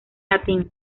latín